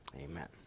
Amen